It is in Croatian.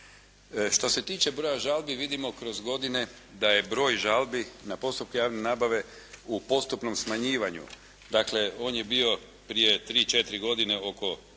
Što se tiče broja žalbi vidimo kroz godine da je broj žalbi na postupke javne nabave u postupnom smanjivanju. Dakle, on je bio prije tri, četiri godine oko